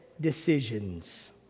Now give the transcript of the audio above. decisions